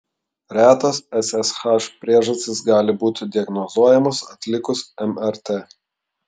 retos ssh priežastys gali būti diagnozuojamos atlikus mrt